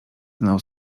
znał